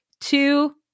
two